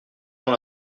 dans